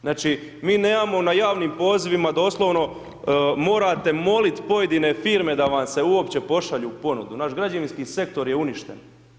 Znači, mi nemamo na javnim pozivima doslovno, morate moliti pojedine firme da vam se uopće pošalju ponudu, naš građevinski sektor je uništen.